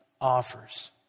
offers